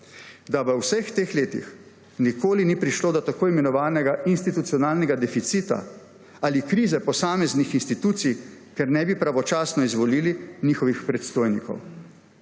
da v vseh teh letih nikoli ni prišlo do tako imenovanega institucionalnega deficita ali krize posameznih institucij, ker ne bi pravočasno izvolili njihovih predstojnikov.